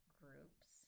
groups